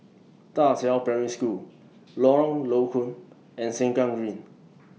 DA Qiao Primary School Lorong Low Koon and Sengkang Green